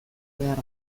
behar